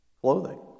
Clothing